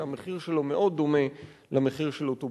שהמחיר שלו מאוד דומה למחיר של אוטובוסים.